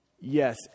Yes